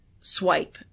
swipe